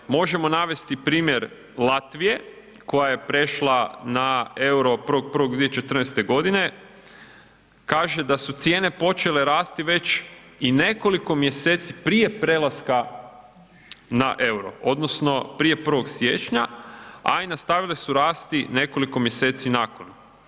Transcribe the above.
Ovaj, možemo navesti primjer Latvije koja je prešla na EUR-o 1.1.2014. godine kaže da su cijene počele rasti već i nekoliko mjeseci prije prelaska na EUR-o odnosno prije 1. siječnja, a i nastavile su rasti nekoliko mjeseci nakon.